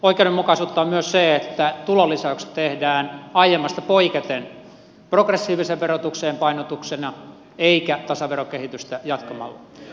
oikeudenmukaisuutta on myös se että tulonlisäykset tehdään aiemmasta poiketen progressiiviseen verotukseen painotuksena eikä tasaverokehitystä jatkamalla